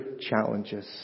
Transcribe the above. challenges